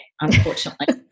unfortunately